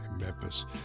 Memphis